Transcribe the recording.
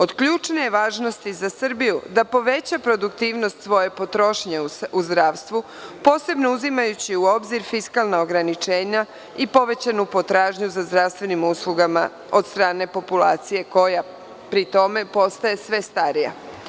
Od ključne je važnosti za Srbiju da poveća produktivnost svoje potrošnje u zdravstvu, posebno uzimajući u obzir fiskalna ograničenja i povećanu potražnju za zdravstvenim uslugama od strane populacije koja postaje sve starija.